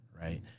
right